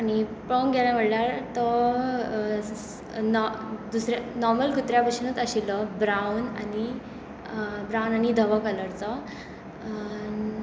आनी पळोवंक गेल्यार म्हणल्यार तो दुसरे नॉर्मल कुत्र्यां भाशेनूच आशिल्लो ब्रावन आनी ब्रावन धवो कलरचो